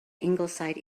ingleside